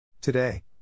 Today